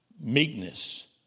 meekness